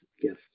gift